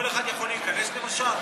כל אחד יכול להיכנס, למשל?